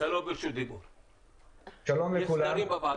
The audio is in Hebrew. שלום לכולם.